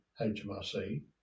HMRC